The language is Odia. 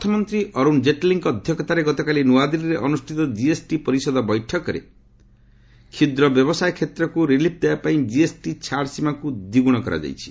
ଅର୍ଥମନ୍ତ୍ରୀ ଅରୁଣ ଜେଟଲୀଙ୍କ ଅଧ୍ୟକ୍ଷତାରେ ଗତକାଲି ନୁଆଦିଲ୍ଲୀଠାରେ ଅନୁଷ୍ଠିତ କିଏସ୍ଟି ପରିଷଦ ବୈଠକରେ କ୍ଷୁଦ୍ର ବ୍ୟବସାୟ କ୍ଷେତ୍ରକୁ ରିଲିଫ୍ ଦେବା ପାଇଁ ଜିଏସ୍ଟି ଛାଡ଼ ସୀମାକୁ ଦ୍ୱିଗୁଣ କରାଯାଇଛି